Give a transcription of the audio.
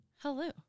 Hello